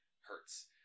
hurts